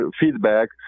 feedback